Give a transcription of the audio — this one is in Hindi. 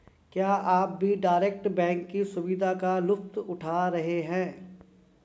क्या आप भी डायरेक्ट बैंक की सुविधा का लुफ्त उठा रहे हैं?